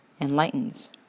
enlightens